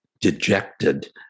dejected